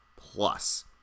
plus